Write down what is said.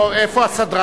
איפה הסדרן?